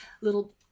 little